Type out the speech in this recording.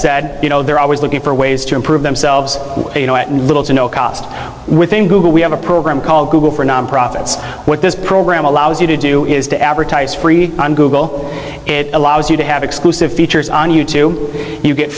said you know they're always looking for ways to improve themselves you know at little to no cost within google we have a program called google for nonprofits what this program allows you to do is to advertise free on google it allows you to have exclusive features on you too you get